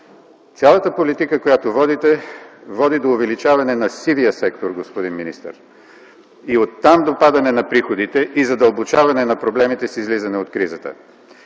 Цялата политика, която водите, води до увеличаване на сивия сектор, господин министър, и оттам падане на приходите и задълбочаване на проблемите с излизане от кризата.